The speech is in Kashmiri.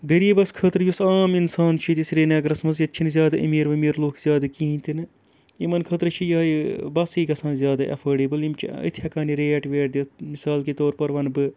غریٖبَس خٲطرٕ یُس عام اِنسان چھُ ییٚتہِ سرینگرَس منٛز ییٚتہِ چھِنہٕ زیادٕ امیٖر ؤمیٖر لُکھ زیادٕ کِہیٖنۍ تہِ نہٕ یِمَن خٲطرٕ چھِ یِہٕے بَسٕے گژھان زیادٕ اٮ۪فٲڈیبٕل یِم چھِ أتھۍ ہٮ۪کان یہِ ریٹ ویٹ دِتھ مِثال کے طور پَر وَنہٕ بہٕ